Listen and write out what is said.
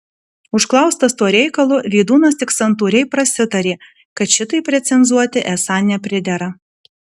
užklaustas tuo reikalu vydūnas tik santūriai prasitarė kad šitaip recenzuoti esą nepridera